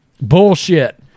bullshit